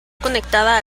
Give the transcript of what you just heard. conectada